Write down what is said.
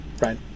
right